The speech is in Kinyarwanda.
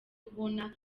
kubona